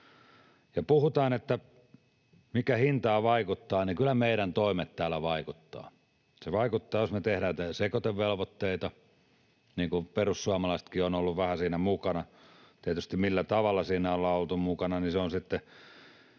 kun puhutaan, että mikä hintaan vaikuttaa, niin kyllä meidän toimet täällä vaikuttavat. Se vaikuttaa, jos me tehdään sekoitevelvoitteita, missä perussuomalaisetkin ovat olleet vähän mukana. Tietysti, millä tavalla siinä ollaan oltu mukana, on sitten